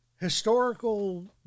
historical